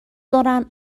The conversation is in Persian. دارند